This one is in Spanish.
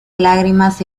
lágrimas